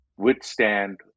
Withstand